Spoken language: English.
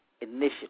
initiative